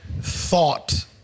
thought